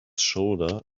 shoulder